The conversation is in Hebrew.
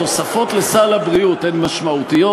התוספות לסל הבריאות הן משמעותיות?